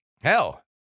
hell